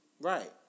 Right